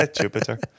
Jupiter